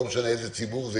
לא משנה איזה ציבור זה.